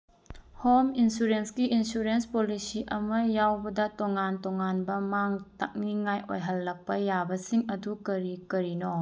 home ꯏꯟꯁꯨꯔꯦꯟꯁꯀꯤ insurance policy ꯑꯃ ꯌꯥꯎꯕꯗ ꯇꯣꯉꯥꯟ ꯇꯣꯉꯥꯟꯕ ꯃꯥꯡ ꯇꯥꯛꯅꯤꯡꯉꯥꯏ ꯑꯣꯏꯍꯜꯂꯛꯄ ꯌꯥꯕꯁꯤꯡ ꯑꯗꯨ ꯀꯔꯤ ꯀꯔꯤꯅꯣ